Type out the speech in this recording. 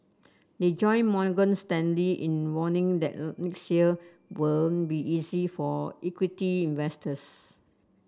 they join Morgan Stanley in warning that next year won't be easy for equity investors